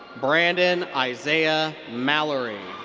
brandon isaiah mallory.